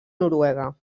noruega